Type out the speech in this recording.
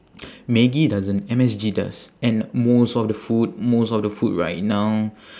maggi doesn't M_S_G does and most of the food most of the food right now